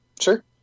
Sure